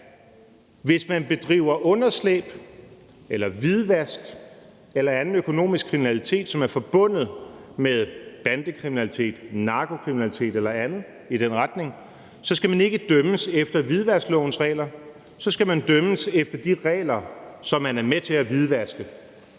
hvis man bedriver underslæb eller hvidvask eller anden økonomisk kriminalitet, som er forbundet med bandekriminalitet, narkokriminalitet eller andet i den retning, skal man ikke dømmes efter hvidvasklovens regler, så skal man dømmes efter de regler, som man er med til at hvidvaske.